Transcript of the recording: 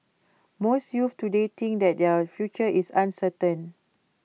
most youths today think that their future is uncertain